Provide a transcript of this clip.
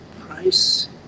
price